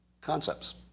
concepts